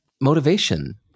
motivation